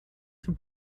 zur